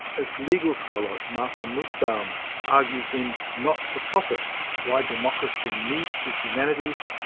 as legal scholar martha nussbaum argues in not for profit why democracy needs the humanities,